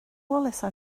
wallace